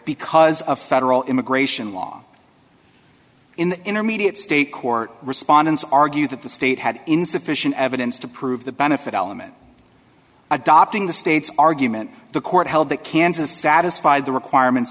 because of federal immigration law in the intermediate state court respondents argued that the state had insufficient evidence to prove the benefit element adopting the state's argument the court held that kansas satisfied the requirements